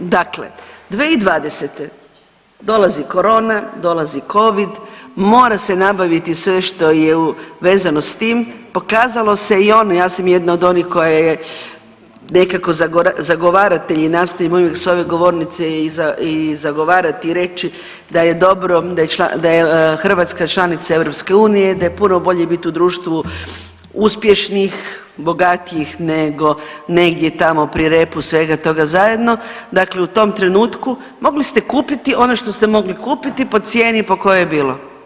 Dakle, 2020. dolazi korona, dolazi covid, mora se nabaviti sve što je vezano s tim, pokazalo se i ono, ja sam jedna od onih koja je nekako zagovaratelj i nastojim uvijek s ove govornice i zagovarati i reći da je dobro da je Hrvatska članica EU, da je puno bolje biti u društvu uspješnih, bogatijih nego negdje tamo pri repu svega toga zajedno, dakle u tom trenutku mogli ste kupiti ono što ste mogli kupiti po cijeni po kojoj bilo.